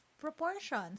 proportions